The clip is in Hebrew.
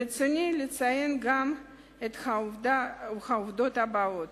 ברצוני לציין גם את העובדות האלה: